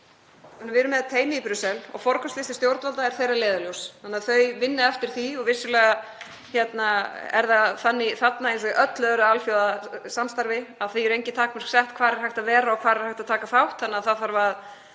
Við erum með teymi í Brussel og forgangslisti stjórnvalda er þeirra leiðarljós þannig að þau vinna eftir því. Vissulega er það þarna eins og í öllu öðru alþjóðasamstarfi að því eru engin takmörk sett hvar er hægt að vera og hvar er hægt að taka þátt